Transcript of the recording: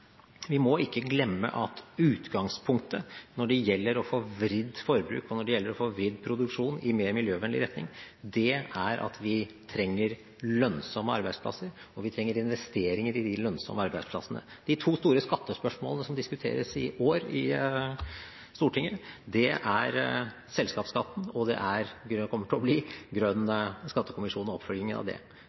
vi må ikke glemme at utgangspunktet når det gjelder å få vridd forbruk og produksjon i mer miljøvennlig retning, er at vi trenger lønnsomme arbeidsplasser, og vi trenger investeringer i de lønnsomme arbeidsplassene. De to store skattespørsmålene som diskuteres i år i Stortinget, er selskapsskatten og – det kommer det til å bli – Grønn skattekommisjon og oppfølgingen av det.